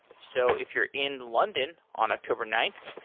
so if you're in london on october ninth,